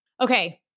Okay